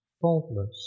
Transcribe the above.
faultless